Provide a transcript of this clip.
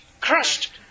crushed